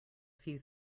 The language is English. few